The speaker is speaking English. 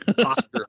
posture